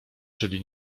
czyli